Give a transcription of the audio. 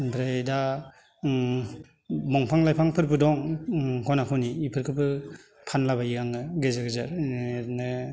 ओमफ्राय दा ओम दंफां लाइफांफोरबो दं ओम खना खनि एफोरखोबो फानला बायो आङो गेजेर गेजेर ओरैनो